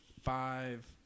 five